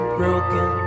broken